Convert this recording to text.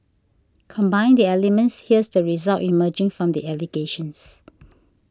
combine the elements and here's the result emerging from the allegations